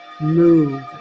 move